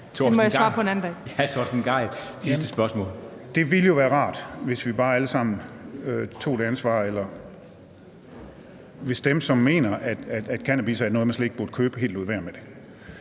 Det ville jo være rart, hvis vi bare alle sammen tog et ansvar, eller hvis dem, som mener, at cannabis er noget, man slet ikke burde købe, helt lod være med det.